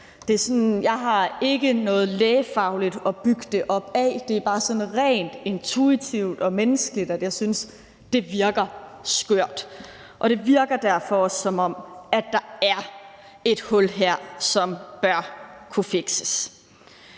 Jeg har ikke noget lægefagligt at bygge det på; det er bare sådan rent intuitivt og menneskeligt, at jeg synes, det virker skørt. Det virker derfor også, som om der er et hul her, som bør kunne fikses.